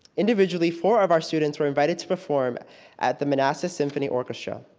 individually, four of our students were invited to perform at the manassas symphony orchestra.